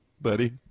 buddy